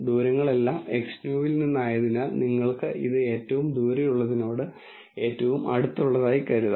ദൂരങ്ങൾ എല്ലാം Xnew വിൽ നിന്നായതിനാൽ നിങ്ങൾക്ക് ഇത് ഏറ്റവും ദൂരെയുള്ളതിനോട് ഏറ്റവും അടുത്തുള്ളതായി കരുതാം